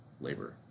labor